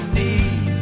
need